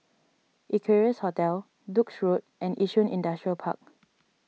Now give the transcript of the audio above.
Equarius Hotel Duke's Road and Yishun Industrial Park